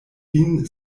vin